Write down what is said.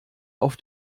auf